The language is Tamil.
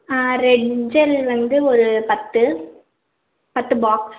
ஆ ரெட் ஜெல் வந்து ஒரு பத்து பத்து பாக்ஸ்